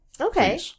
Okay